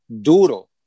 duro